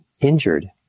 injured